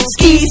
Ski